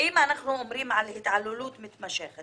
אם אנחנו אומרים על התעללות מתמשכת